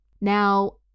Now